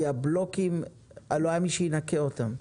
כי הבלוקים לא היה מי שינקה אותם.